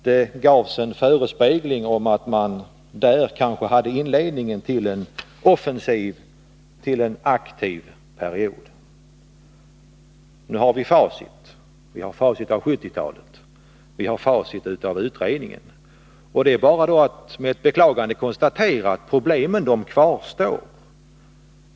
Det gavs en förespegling om att man där kanske hade inledningen till en offensiv, aktiv period. Nu har vi facit av 1970-talet, och vi har facit av utredningen. Det är bara att med ett beklagande konstatera att problemen kvarstår.